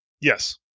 Yes